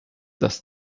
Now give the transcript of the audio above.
dass